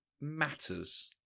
matters